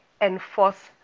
enforce